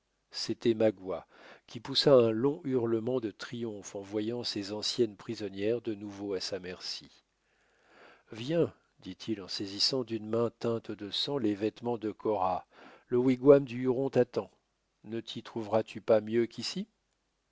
c'était magua qui poussa un long hurlement de triomphe en voyant ses anciennes prisonnières de nouveau à sa merci viens dit-il en saisissant d'une main teinte de sang les vêtements de cora le wigwam du huron t'attend ne t'y trouveras-tu pas mieux qu'ici